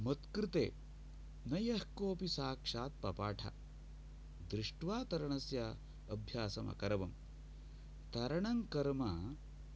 मत् कृते न यः कोऽपि साक्षात् पपाठ दृष्ट्वा तरणस्य अभ्यासम् अकरवम् तरणं कर्म